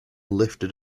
lifted